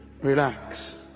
relax